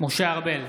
משה ארבל,